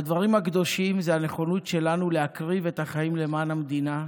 והדברים הקדושים זה הנכונות שלנו להקריב את החיים למען המדינה.